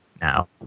Now